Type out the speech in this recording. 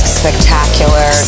spectacular